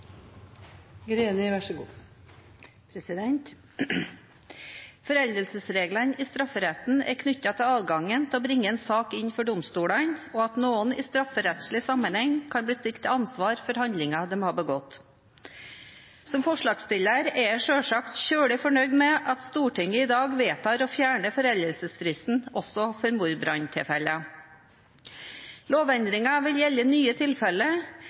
at noen i strafferettslig sammenheng kan bli stilt til ansvar for handlinger de har begått. Som forslagsstiller er jeg selvsagt svært fornøyd med at Stortinget i dag vedtar å fjerne foreldelsesfristen også for mordbranntilfeller. Lovendringen vil gjelde nye tilfeller